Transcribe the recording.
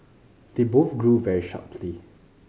the both grew very sharply